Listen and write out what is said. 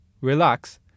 relax